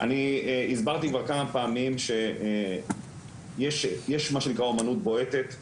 אני הסברתי כבר כמה פעמים שיש מה שנקרא אומנות בועטת,